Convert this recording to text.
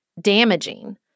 damaging